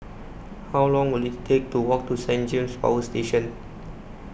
How Long Will IT Take to Walk to Saint James Power Station